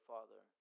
Father